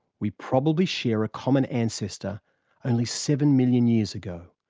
we probably shared a common ancestor only seven million years ago.